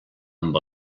amb